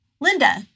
Linda